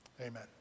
Amen